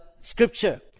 scripture